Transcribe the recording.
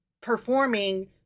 performing